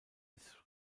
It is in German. ist